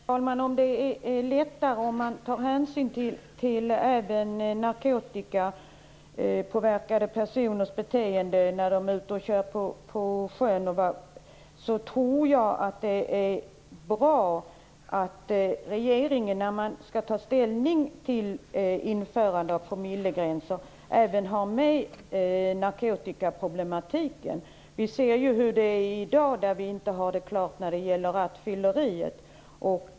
Herr talman! Agne Hansson undrar om det hela blir lättare om man även tar hänsyn till narkotikapåverkade personers beteende när de är ute och kör på sjön. Jag tror att det är bra om regeringen även har med narkotikaproblematiken när den skall ta ställning till införande av promillegränser. Vi ser ju hur det är i dag när vi inte har detta klart när det gäller rattfylleriet.